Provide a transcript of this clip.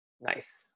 nice